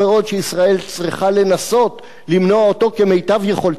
שישראל צריכה לנסות למנוע אותו כמיטב יכולתה.